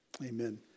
Amen